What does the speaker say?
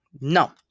No